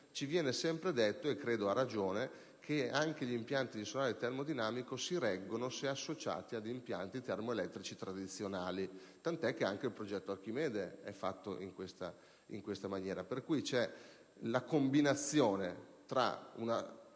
ci viene sempre detto - credo a ragione - che anche gli impianti di solare termodinamico si reggono se associati a impianti termoelettrici tradizionali, tant'è vero che anche il progetto Archimede è basato su questo presupposto. C'è quindi la combinazione tra una